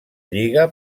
lliga